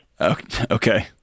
Okay